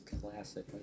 classic